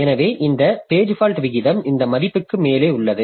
எனவே இந்த page fault விகிதம் இந்த மதிப்புக்கு மேலே உள்ளது